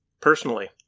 Personally